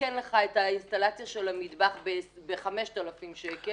מתקן את האינסטלציה של המטבח ב-5,000 שקל.